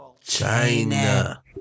China